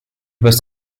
was